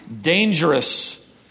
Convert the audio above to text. dangerous